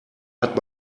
hat